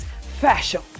Fashion